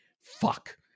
fuck